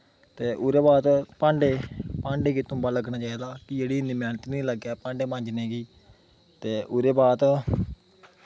ते ओह्दै बाद भांडें भाडें गी तुग्गा लग्गना चाहिदा कि इन्नी मैह्नत निं लग्गै भांडे मांजने गी ते ओह्दे बाद